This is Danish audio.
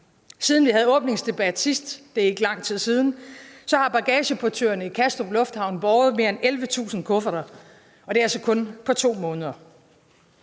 – det er ikke lang tid siden – har bagageportørerne i Kastrup lufthavn båret mere end 11.000 kufferter, og det er altså kun på 2 måneder.